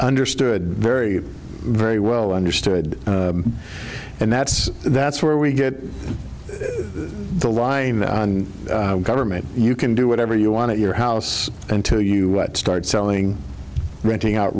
understood very very well understood and that's that's where we get the line government you can do whatever you want your house until you start selling renting out